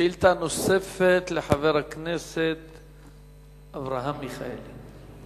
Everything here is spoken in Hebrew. שאלה נוספת לחבר הכנסת אברהם מיכאלי.